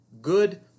good